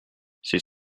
c’est